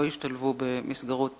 לא השתלבו במסגרות